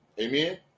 Amen